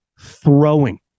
throwing